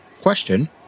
Question